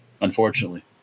unfortunately